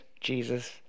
Jesus